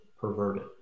perverted